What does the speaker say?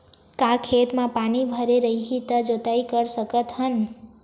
का खेत म पानी भरे रही त जोताई कर सकत हन?